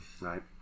Right